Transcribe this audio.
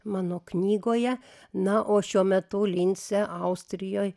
mano knygoje na o šiuo metu lince austrijoj